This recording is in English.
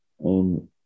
on